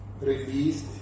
released